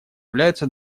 являются